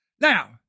Now